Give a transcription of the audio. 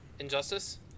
Injustice